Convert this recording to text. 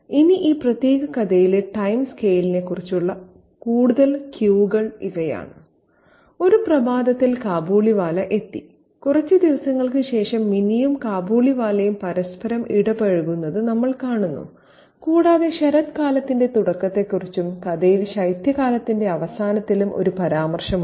ഇനി ഈ പ്രത്യേക കഥയിലെ ടൈം സ്കെയിലിനെ കുറിച്ചുള്ള കൂടുതൽ ക്യൂകൾ ഇവയാണ് ഒരു പ്രഭാതത്തിൽ കാബൂളിവാല എത്തി കുറച്ച് ദിവസങ്ങൾക്ക് ശേഷം മിനിയും കാബൂളിവാലയും പരസ്പരം ഇടപഴകുന്നത് നമ്മൾ കാണുന്നു കൂടാതെ ശരത്കാലത്തിന്റെ തുടക്കത്തെക്കുറിച്ചും കഥയിൽ ശൈത്യകാലത്തിന്റെ അവസാനത്തിലും ഒരു പരാമർശമുണ്ട്